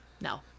No